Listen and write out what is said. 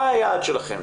מה היעד שלכם?